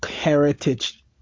heritage